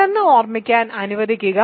പെട്ടെന്ന് ഓർമ്മിക്കാൻ അനുവദിക്കുക